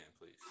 please